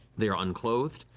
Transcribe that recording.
they are unclothed,